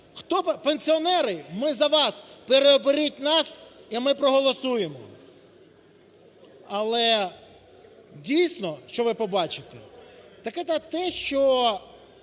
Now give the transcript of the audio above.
Пенсіонери, ми за вас! Переоберіть нас, і ми проголосуємо". Але, дійсно, що ви побачите, так це те, що